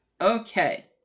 Okay